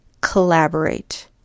Collaborate